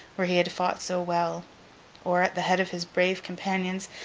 where he had fought so well or, at the head of his brave companions,